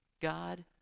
God